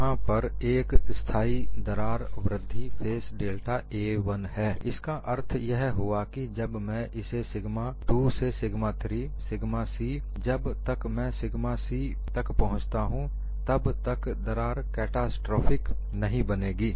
यहां पर एक स्थाई दरार वृद्धि फेस डेल्टा a 1 है इसका अर्थ यह हुआ कि जब मैं इसे सिगमा 2 से सिगमा 3 सिग्मा c जब तक मैं sigma c sigma 2 to sigma 3 to sigma c until I reach sigma c पर पहुंचता हूं तब तक दरार कैटास्ट्रोफिक नहीं बनेगी